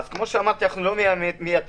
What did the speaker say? כפי שאמרתי, אנחנו לא מן המתייאשים.